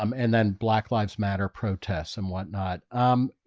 um and then black lives matter protests and whatnot. um,